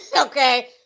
Okay